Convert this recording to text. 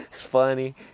Funny